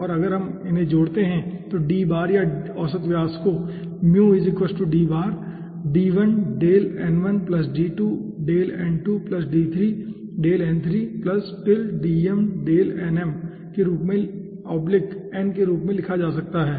अब अगर हम इन्हे जोड़ते हैं तो या औसत व्यास को के रूप में लिखा जा सकता है